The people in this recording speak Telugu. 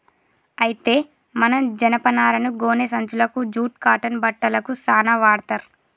అయితే మనం జనపనారను గోనే సంచులకు జూట్ కాటన్ బట్టలకు సాన వాడ్తర్